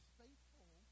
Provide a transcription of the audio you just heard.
faithful